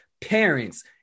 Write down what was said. parents